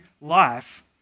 life